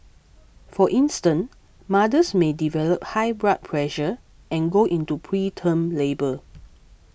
for instance mothers may develop high blood pressure and go into preterm labour